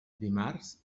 dimarts